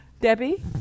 Debbie